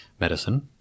medicine